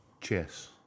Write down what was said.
chess